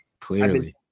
Clearly